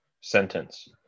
sentence